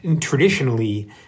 Traditionally